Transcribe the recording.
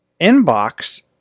Inbox